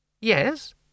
Yes